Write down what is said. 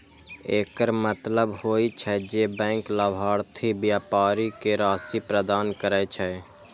एकर मतलब होइ छै, जे बैंक लाभार्थी व्यापारी कें राशि प्रदान करै छै